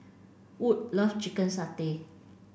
wood loves chicken satay